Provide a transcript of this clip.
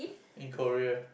in Korea